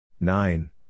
Nine